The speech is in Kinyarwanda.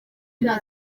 nta